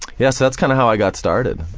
yeah, so that's kind of how i got started.